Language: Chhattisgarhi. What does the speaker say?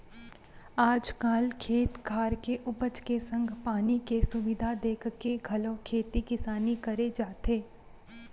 आज काल खेत खार के उपज के संग पानी के सुबिधा देखके घलौ खेती किसानी करे जाथे